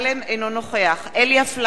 אינו נוכח אלי אפללו,